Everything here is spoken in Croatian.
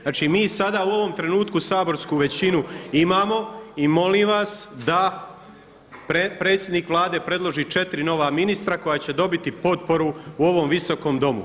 Znači, mi sada u ovom trenutku saborsku većinu imamo i molim vas da predsjednik Vlade predloži 4 nova ministra koja će dobiti potporu u ovom Visokom domu.